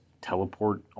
teleport